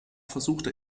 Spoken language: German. versuchte